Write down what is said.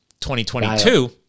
2022 –